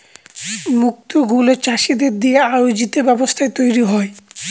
মুক্ত গুলো চাষীদের দিয়ে আয়োজিত ব্যবস্থায় তৈরী হয়